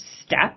step